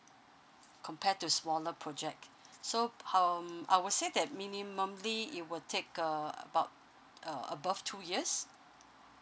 compared to smaller project so um I would say that minimumly it will take uh about a~ above two years